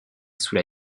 sous